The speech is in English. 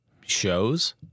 shows